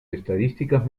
estadísticas